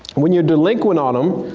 when you're delinquent on them,